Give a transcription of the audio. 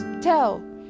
tell